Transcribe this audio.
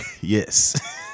Yes